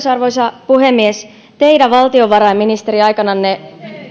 arvoisa puhemies teidän valtiovarainministeriaikananne